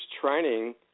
training